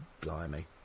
blimey